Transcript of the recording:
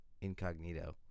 incognito